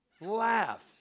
Laugh